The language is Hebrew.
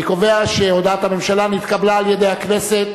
אני קובע שהודעת הממשלה נתקבלה על-ידי הכנסת.